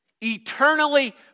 Eternally